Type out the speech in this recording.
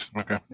Okay